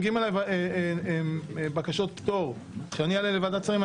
כשמגיעות אליי בקשות פטור שאני אעלה לוועדת השרים,